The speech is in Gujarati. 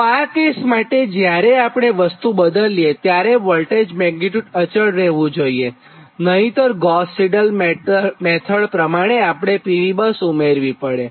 તો આ કેસ માટે જ્યારે આપણે વસ્તુ બદલીએપરંતુ વોલ્ટેજ મેગ્નીટ્યુડ અચળ રહેવું જોઇએનહિંતર ગોસ સિડલ મેથડ પ્રમાણે આપણે PV બસ ઉમેરવી પડે